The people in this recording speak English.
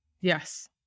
Yes